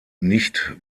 nicht